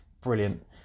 brilliant